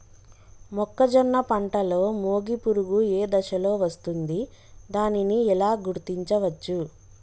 మొక్కజొన్న పంటలో మొగి పురుగు ఏ దశలో వస్తుంది? దానిని ఎలా గుర్తించవచ్చు?